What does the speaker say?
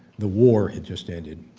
the war had just ended,